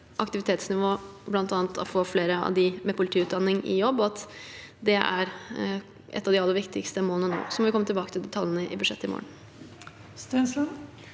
aktivitetsnivå, bl.a. få flere av dem med politiutdanning i jobb. Det er et av de aller viktigste målene nå. Så må vi komme tilbake til detaljene i budsjettet i morgen.